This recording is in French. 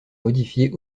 modifier